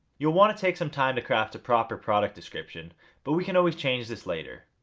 you'll want to take some time to craft a proper product description but we can always change this later.